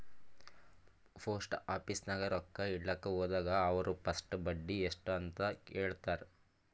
post office ನಾಗ್ ರೊಕ್ಕಾ ಇಡ್ಲಕ್ ಹೋದಾಗ ಅವ್ರ ಫಸ್ಟ್ ಬಡ್ಡಿ ಎಸ್ಟ್ ಅದ ಅಂತ ಹೇಳ್ತಾರ್